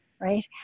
right